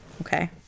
okay